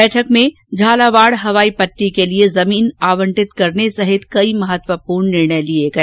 बैठक में झालावाड़ हवाई पट्टी के लिए जमीन आवंटित करने सहित कई महत्वपूर्ण निर्णय लिए गए